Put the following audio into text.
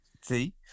See